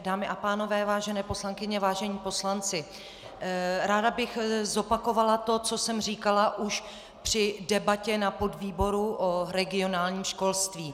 Dámy a pánové, vážené poslankyně, vážení poslanci, ráda bych zopakovala to, co jsem říkala už při debatě na podvýboru o regionálním školství.